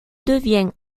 devient